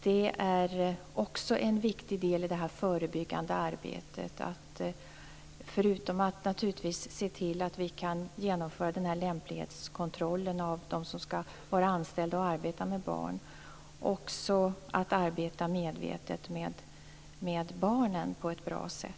Det är också en viktig del i det förebyggande arbetet, förutom att naturligtvis se till att kunna genomföra lämplighetskontroll av dem som skall anställas för att arbeta med barn, att arbeta medvetet med barnen på ett bra sätt.